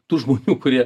tų žmonių kurie